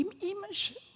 Image